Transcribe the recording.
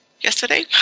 yesterday